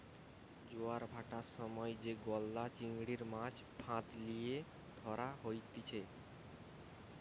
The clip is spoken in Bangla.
জোয়ার ভাঁটার সময় যে গলদা চিংড়ির, মাছ ফাঁদ লিয়ে ধরা হতিছে